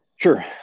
Sure